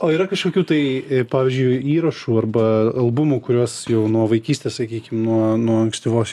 o yra kažkokių tai pavyzdžiui įrašų arba albumų kuriuos jau nuo vaikystės sakykim nuo nuo ankstyvos